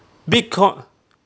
bitcoin